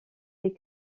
les